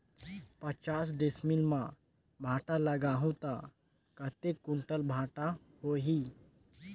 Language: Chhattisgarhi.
पचास डिसमिल मां भांटा लगाहूं ता कतेक कुंटल भांटा होही?